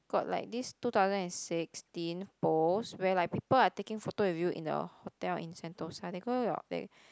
got like this two thousand and sixteen post where like people are taking photo with you in a hotel in Sentosa that